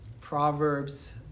Proverbs